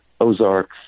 Ozarks